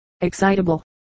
excitable